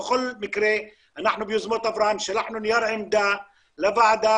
בכל מקרה אנחנו ביוזמות אברהם שלחנו נייר עמדה לוועדה